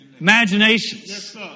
imaginations